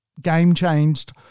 game-changed